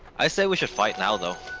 i say which if i tell the